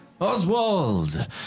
Oswald